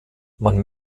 man